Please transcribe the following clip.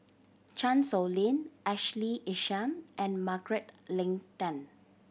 Chan Sow Lin Ashley Isham and Margaret Leng Tan